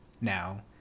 now